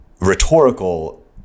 rhetorical